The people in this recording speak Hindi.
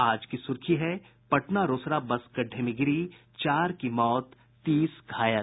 आज की सुर्खी है पटना रोसड़ा बस गड्ढ़े में गिरी चार की मौत तीस घायल